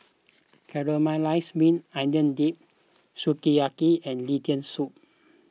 Caramelized Maui Onion Dip Sukiyaki and Lentil Soup